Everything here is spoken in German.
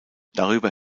darüber